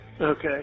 Okay